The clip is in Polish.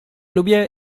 lubię